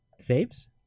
Saves